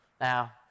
Now